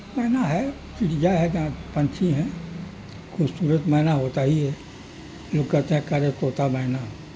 مینا ہے چڑیا ہے جہاں پنچھی ہیں خوبصورت مینا ہوتا ہی ہے لوگ کہتے ہیں کرے طوطا مینا